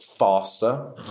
faster